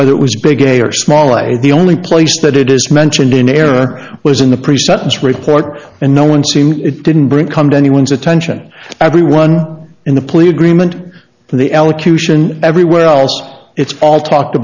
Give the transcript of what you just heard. whether it was big a or smaller the only place that it is mentioned in error was in the pre sentence report and no one seen it didn't bring come to anyone's attention everyone in the plea agreement the elocution everywhere else it's all talked